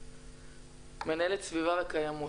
מנהלת סביבה וקיימות.